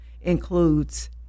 includes